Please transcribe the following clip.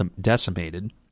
decimated